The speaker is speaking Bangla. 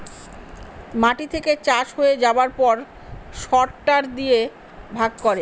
মাটি থেকে চাষ হয়ে যাবার পর সরটার দিয়ে ভাগ করে